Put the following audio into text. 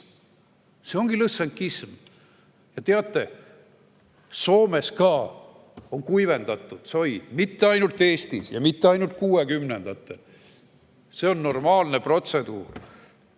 See ongi lõssenkism! Teate, Soomes on ka soid kuivendatud, mitte ainult Eestis ja mitte ainult kuuekümnendatel. See on normaalne protseduur,